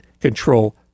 Control